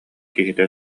киһитэ